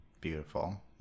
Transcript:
Beautiful